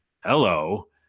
Hello